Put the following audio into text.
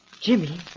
Jimmy